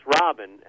Robin